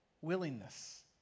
willingness